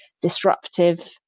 disruptive